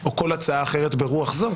או כל הצעה אחרת ברוח זו,